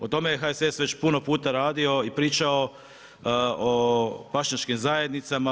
O tome je HSS već puno puta radio i pričao o pašnjačkim zajednicama.